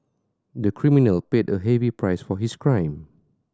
the criminal paid a heavy price for his crime